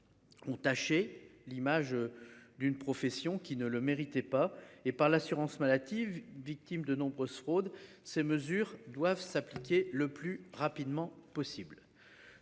Entaché l'image d'une profession qui ne le méritait pas et par l'assurance mal hâtive, victime de nombreuses fraudes. Ces mesures doivent s'appliquer le plus rapidement possible.